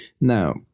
Now